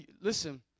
Listen